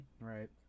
Right